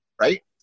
Right